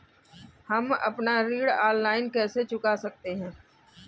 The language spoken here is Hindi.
हम अपना ऋण ऑनलाइन कैसे चुका सकते हैं?